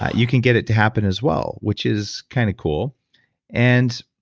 you can get it to happen as well, which is kind of cool and